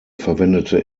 verwendete